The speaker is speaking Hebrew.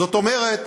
זאת אומרת,